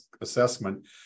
assessment